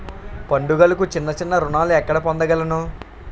పండుగలకు చిన్న చిన్న రుణాలు ఎక్కడ పొందగలను?